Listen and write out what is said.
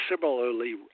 similarly